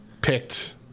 picked